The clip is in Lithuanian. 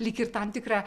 lyg ir tam tikra